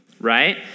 right